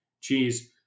cheese